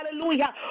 hallelujah